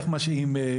איך משעים,